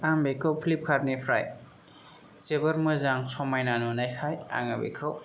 आं बेखौ फ्लिपकार्ट निफ्राय जोबोद मोजां समायना नुनायखाय आङो बेखौ